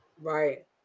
right